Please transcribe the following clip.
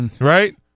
right